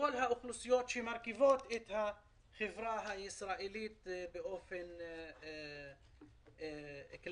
כל האוכלוסיות שמרכיבות את החברה הישראלית באופן כללי.